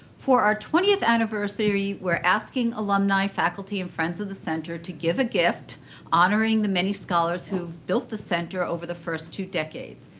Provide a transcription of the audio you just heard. for our twentieth anniversary, we're asking alumni, faculty, and friends of the center to give a gift honoring the many scholars who have built the center over the first two decades.